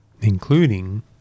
Including